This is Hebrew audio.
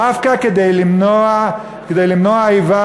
דווקא כדי למנוע איבה,